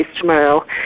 tomorrow